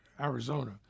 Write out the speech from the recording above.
Arizona